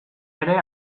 ere